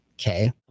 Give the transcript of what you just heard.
okay